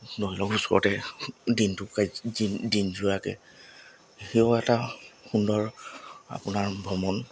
ধৰি লওক ওচৰতে দিনটো কাৰ্য দিন দিন যোৱাকৈ সেয়াও এটা সুন্দৰ আপোনাৰ ভ্ৰমণ